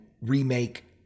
remake